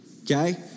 Okay